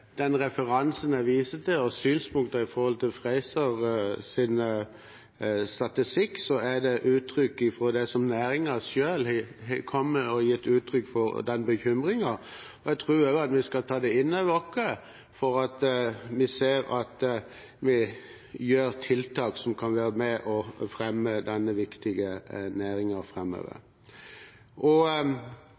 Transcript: den referansen jeg viste til og synspunktet i forhold til Frasers statistikk, er et uttrykk for det næringen selv har kommet med av bekymringer. Jeg tror også vi skal ta inn over oss at vi gjør tiltak som kan være med og fremme denne viktige næringen framover. Derfor blir det interessant å følge dette videre når vi nå alle – iallfall regjeringspartiene og